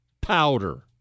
powder